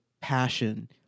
passion